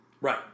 Right